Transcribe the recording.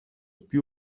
più